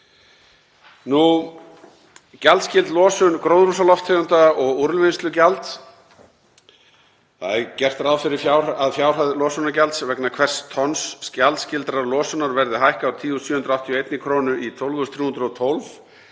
það gjaldskyld losun gróðurhúsalofttegunda og úrvinnslugjald. Það er gert ráð fyrir að fjárhæð losunargjalds vegna hvers tonns gjaldskyldrar losunar verði hækkað úr 10.781 kr. í 12.312 kr.